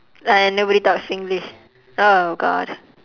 and nobody talk singlish oh god